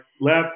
left